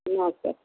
okay